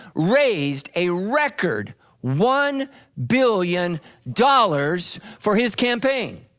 raised a record one billion dollars for his campaign.